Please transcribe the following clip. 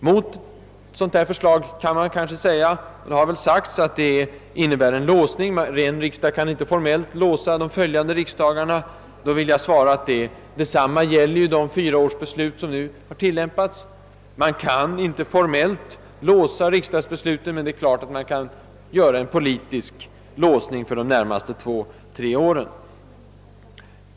Mot ett sådant förslag skulle man kanske kunna säga — och det har väl även sagts — att det innebär en låsning och att en riksdag formellt inte kan låsa följande riksdagar. Då vill jag svara, att detsamma gäller de fyraårsbeslut som nu har tillämpats. Man kan inte formellt låsa riksdagsbesluten, men det är klart att man kan göra en politisk bindning för de närmaste två—tre åren.